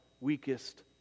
weakest